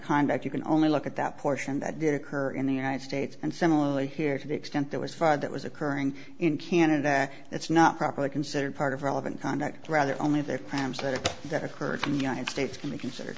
conduct you can only look at that portion that did occur in the united states and similarly here to the extent that was fired that was occurring in canada it's not properly considered part of relevant conduct rather only their crimes that that occurred in united states can be considered